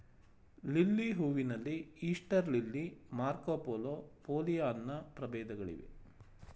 lily ಹೂವಿನಲ್ಲಿ Easter lily, Marco Polo, Pollyanna ಪ್ರಭೇದಗಳಿವೆ